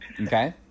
okay